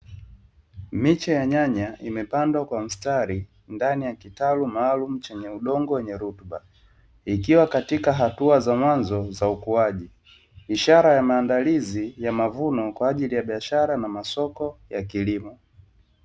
Miche ya nyanya imepandwa kwa mstari ndani ya kitalu maalumu chenye udongo wenye rutuba, ikiwa katika hatua za mwanzo za ukuaji, ishara ya maandalizi ya mavuno kwa ajili ya biashara ya masoko ya kilimo